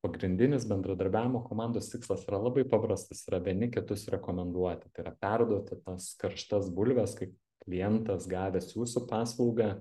pagrindinis bendradarbiavimo komandos tikslas yra labai paprastas yra vieni kitus rekomenduoti tai yra perduoti tas karštas bulves kai klientas gavęs jūsų paslaugą